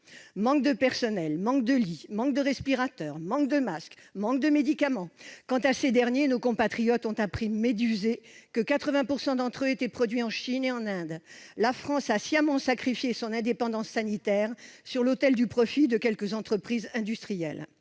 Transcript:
manque de personnels, manque de lits, manque de respirateurs, manque de masques, manque de médicaments ! À propos des médicaments, justement, nos compatriotes ont appris, médusés, que 80 % d'entre eux étaient produits en Chine et en Inde. La France a sciemment sacrifié son indépendance sanitaire sur l'autel du profit de quelques entreprises industrielles.